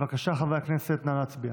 בבקשה, חברי הכנסת, נא להצביע.